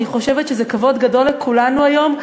אני חושבת שזה כבוד גדול לכולנו היום,